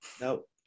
Nope